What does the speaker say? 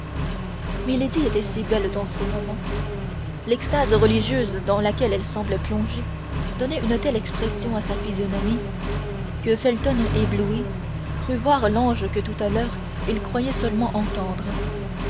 milady était si belle dans ce moment l'extase religieuse dans laquelle elle semblait plongée donnait une telle expression à sa physionomie que felton ébloui crut voir l'ange que tout à l'heure il croyait seulement entendre